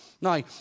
Now